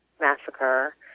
massacre